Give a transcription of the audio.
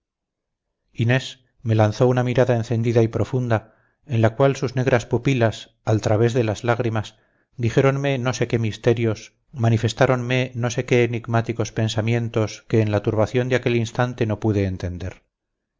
inés me lanzó una mirada encendida y profunda en la cual sus negras pupilas al través de las lágrimas dijéronme no sé qué misterios manifestáronme no sé qué enigmáticos pensamientos que en la turbación de aquel instante no pude entender